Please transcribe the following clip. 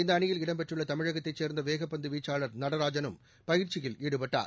இந்தஅணியில் இடம்பெற்றுள்ளதமிழகத்தைச் சேர்ந்தவேகபந்துவீச்சாளர் நடராஜனும் பயிற்சியில் ஈடுபட்டாள்